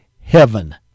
heaven